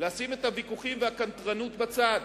לשים את הוויכוחים והקנטרנות בצד.